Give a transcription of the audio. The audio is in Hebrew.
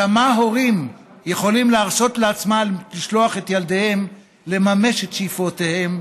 כמה הורים יכולים להרשות לעצמם לשלוח את ילדיהם לממש את שאיפותיהם,